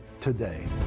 today